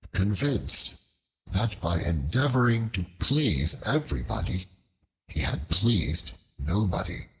convinced that by endeavoring to please everybody he had pleased nobody,